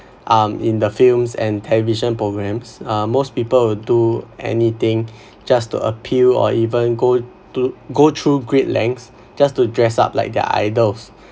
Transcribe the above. um in the films and television programmes uh most people do anything just to appear or even go to go through great length just to dress up like their idols